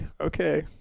Okay